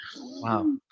Wow